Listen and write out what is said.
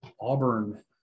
Auburn